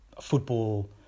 football